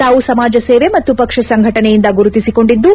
ತಾವು ಸಮಾಜ ಸೇವೆ ಮತ್ತು ಪಕ್ಷ ಸಂಘಟನೆಯಿಂದ ಗುರುತಿಸಿಕೊಂಡಿದ್ದು